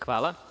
Hvala.